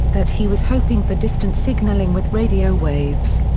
that he was hoping for distant signaling with radio waves.